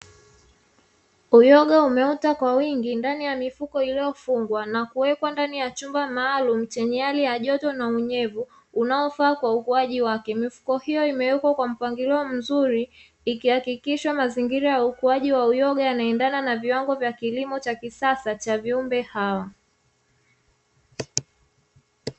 Uyoga umeota kwa wingi ndani ya mifuko iliyofungwa na kuwekwa ndani ya chumba maalumu chenye hali ya joto na unyevu unaofaa kwa ukuaji wake, mifuko hiyo imewekwa kwa mpangilio mzuri ikihakikisha mazingira ya ukuaji wa uyoga yanaendana na viwango vya kilimo cha kisasa cha viumbe hawa.